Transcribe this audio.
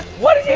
what is yeah